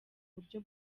buryo